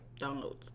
downloads